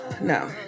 No